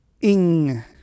Ing